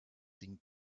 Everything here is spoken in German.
ding